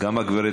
להיות מאוד